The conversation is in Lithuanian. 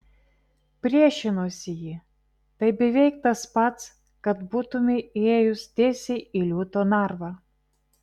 priešinosi ji tai beveik tas pats kad būtumei įėjus tiesiai į liūto narvą